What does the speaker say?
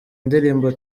indirimbo